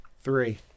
Three